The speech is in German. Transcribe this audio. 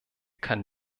kann